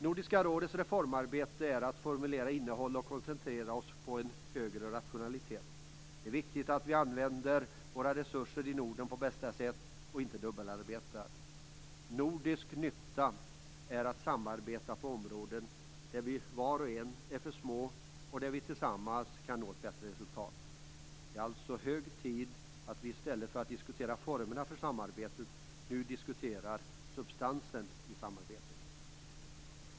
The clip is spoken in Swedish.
Nordiska rådets reformarbete består i att formulera innehåll och i att koncentrera sig på en större rationalitet. Det är viktigt att vi i Norden använder våra resurser på bästa sätt och att vi inte dubbelarbetar. "Nordisk nytta" är att samarbeta på områden där varje land för sig är för litet, men där länderna tillsammans kan nå ett bättre resultat. Det är alltså hög tid att vi nu, i stället för att vi diskuterar formerna för samarbetet, diskuterar substansen i samarbetet.